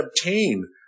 obtain